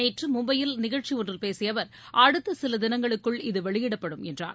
நேற்று மும்பையில் நிகழ்ச்சியொன்றில் பேசிய அவர் அடுத்த சில தினங்களுக்குள் இது வெளியிடப்படும் என்றார்